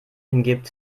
hingibt